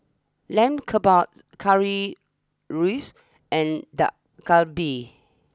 Lamb Kebabs Currywurst and Dak Galbi